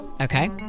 Okay